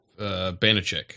Banachek